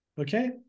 Okay